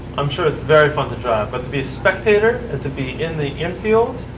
i'm sure it's very fun to drive. but to be a spectator? and to be in the infield?